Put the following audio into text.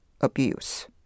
abuse